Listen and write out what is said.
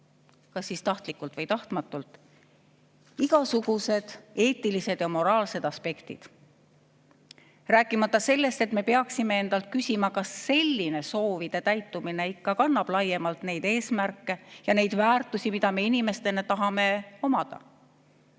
kas siis tahtlikult või tahtmatult – igasugused eetilised ja moraalsed aspektid. Rääkimata sellest, et me peaksime endalt küsima, kas selline soovide täitumine ikka kannab laiemalt neid eesmärke ja neid väärtusi, mida me inimestena tahame omada.